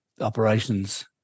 operations